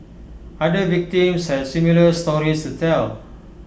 other victims has similar stories to tell